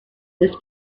this